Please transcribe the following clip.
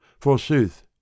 forsooth